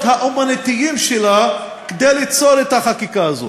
האמנותיים שלה כדי ליצור את החקיקה הזאת,